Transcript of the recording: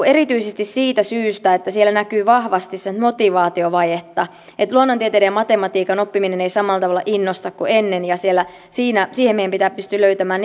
erityisesti siitä syystä että siellä näkyy vahvasti sellaista motivaatiovajetta että luonnontieteiden ja matematiikan oppiminen ei samalla tavalla innosta kuin ennen ja siihen meidän pitää pystyä löytämään